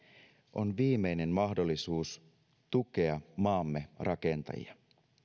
on viimeinen mahdollisuus tukea maamme rakentajia